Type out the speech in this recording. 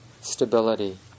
stability